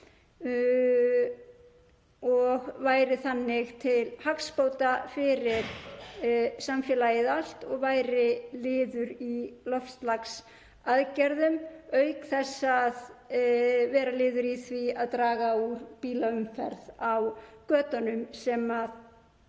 og væri þannig til hagsbóta fyrir samfélagið allt og liður í loftslagsaðgerðum auk þess að vera liður í því að draga úr bílaumferð á götunum sem við